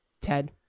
Ted